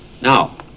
Now